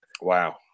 Wow